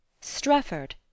Strefford